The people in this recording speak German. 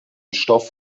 stoff